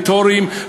מנטורים?